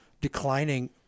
declining